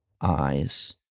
eyes